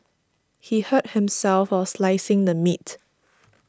he hurt himself while slicing the meat